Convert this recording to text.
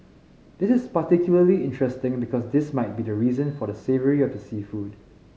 this is particularly interesting because this might be the reason for the savoury of the seafood